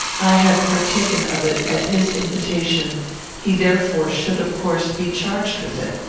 i had partaken of it at his invitation he therefore should of course be charged with it.